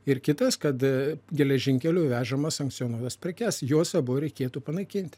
ir kitas kad geležinkelių vežama sankcionuotas prekes juos abu reikėtų panaikinti